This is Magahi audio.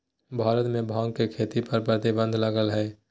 भारत में भांग के खेती पर प्रतिबंध लगल हइ